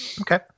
Okay